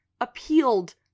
appealed